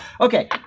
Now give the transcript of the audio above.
Okay